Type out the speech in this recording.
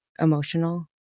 emotional